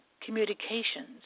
communications